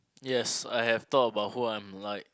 yes I have thought about who I'm like